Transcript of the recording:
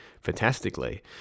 fantastically